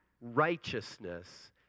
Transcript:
righteousness